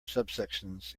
subsections